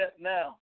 now